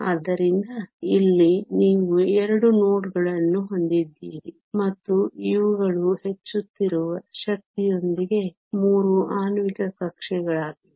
ಆದ್ದರಿಂದ ಇಲ್ಲಿ ನೀವು 2 ನೋಡ್ಗಳನ್ನು ಹೊಂದಿದ್ದೀರಿ ಮತ್ತು ಇವುಗಳು ಹೆಚ್ಚುತ್ತಿರುವ ಶಕ್ತಿಯೊಂದಿಗೆ 3 ಆಣ್ವಿಕ ಕಕ್ಷೆಗಳಾಗಿವೆ